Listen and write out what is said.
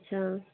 अच्छा